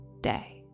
day